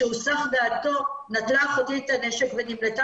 משהוסחה דעתו נטלה אחותי את הנשק ונמלטה